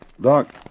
Doc